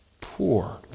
poor